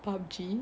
pub G